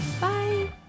Bye